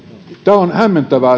on hämmentävää